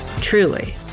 Truly